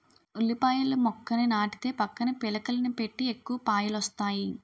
ఉల్లిపాయల మొక్కని నాటితే పక్కన పిలకలని పెట్టి ఎక్కువ పాయలొస్తాయి